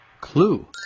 Clue